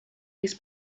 his